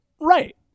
right